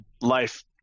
life